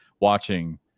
watching